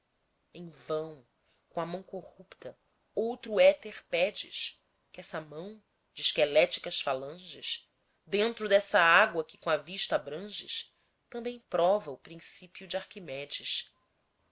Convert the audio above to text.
em vão com a mão corrupta outro éter pedes que essa mão de esqueléticas falanges dentro dessa água que com a vista abranges também prova o princípio de arquimedes